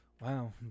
wow